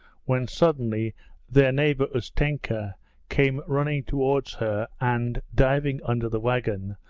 when suddenly their neighbour ustenka came running towards her and, diving under the wagon,